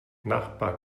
nachbar